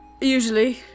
usually